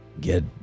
get